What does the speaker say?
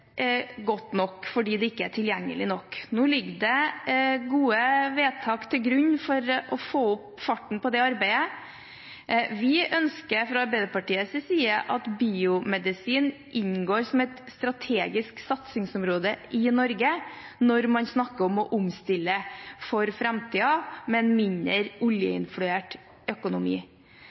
godt nok, fordi det ikke er tilgjengelig nok. Nå ligger det gode vedtak til grunn for å få opp farten i det arbeidet. Vi ønsker fra Arbeiderpartiets side at biomedisin inngår som et strategisk satsingsområde i Norge når man snakker om å omstille for framtiden med en mindre oljeinfluert økonomi.